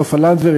סופה לנדבר,